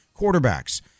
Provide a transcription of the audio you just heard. quarterbacks